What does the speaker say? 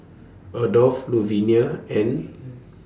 Adolf Luvenia and